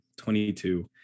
22